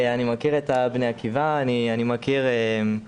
אני מכיר את